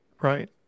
Right